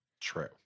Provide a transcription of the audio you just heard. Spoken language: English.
True